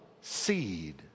seed